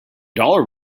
dollar